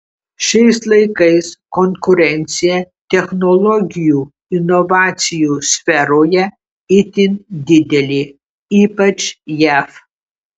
šiais laikais konkurencija technologijų inovacijų sferoje itin didelė ypač jav